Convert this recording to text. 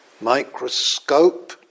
microscope